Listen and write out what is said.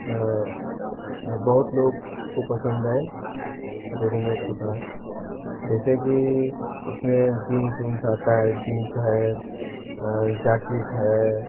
बहुत लोग को पसंद है रेडीमेड कपड़ा जैसे कि उसमें जीन्स उन्स आता है जीन्स है जाकिट है